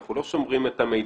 אנחנו לא שומרים את המידע.